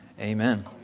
Amen